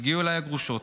הגיעו אליי הגרושות: